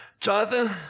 Jonathan